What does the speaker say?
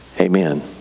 Amen